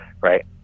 right